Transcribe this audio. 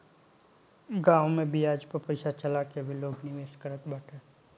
गांव में बियाज पअ पईसा चला के भी लोग निवेश करत बाटे